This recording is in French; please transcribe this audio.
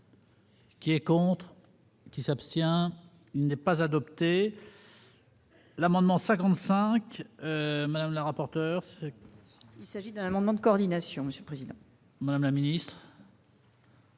Qui est contre. Qui s'abstient, il n'est pas adopté l'amendement 55 le rapporteur. Il s'agit d'un amendement de coordination Monsieur Président. Madame la Ministre.